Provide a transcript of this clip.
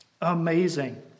Amazing